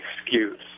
excuse